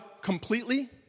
completely